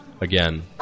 again